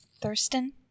Thurston